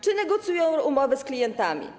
Czy negocjują umowy z klientami?